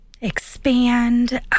expand